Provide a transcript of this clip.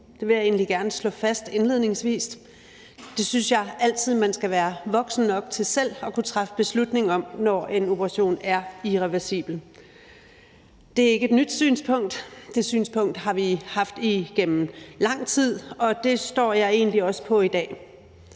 Det vil jeg egentlig gerne slå fast indledningsvis. Det synes jeg altid man skal være voksen nok til selv at kunne træffe beslutning om, når en operation er irreversibel. Det er ikke et nyt synspunkt; det synspunkt har vi haft igennem lang tid, og det står jeg egentlig også på i dag.